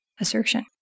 assertion